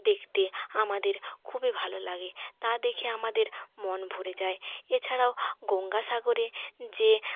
দেখতে আমাদের খুবই ভালো লাগে তা দেখে আমাদের মন ভরে যায় এছাড়াও গঙ্গাসাগরে যে